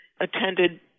attended